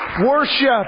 Worship